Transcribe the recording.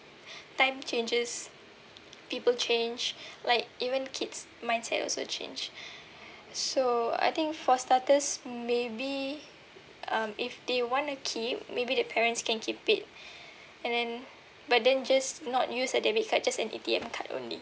time changes people change like even kids mindset also change so I think for starters maybe um if they want to keep maybe their parents can keep it and then but then just not use a debit card just an A_T_M card only